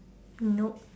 nope